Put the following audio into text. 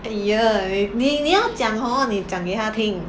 !eeyer! 你你要讲 hor 你讲给她听